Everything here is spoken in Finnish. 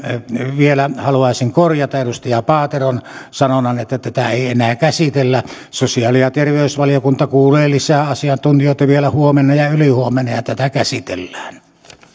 vielä haluaisin korjata edustaja paateron sanonnan että tätä ei enää käsitellä sosiaali ja terveysvaliokunta kuulee lisää asiantuntijoita vielä huomenna ja ylihuomenna ja tätä käsitellään